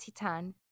Titan